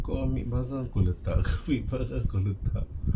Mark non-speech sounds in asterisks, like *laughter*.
kau ambil masa aku letak *laughs* lepas aku letak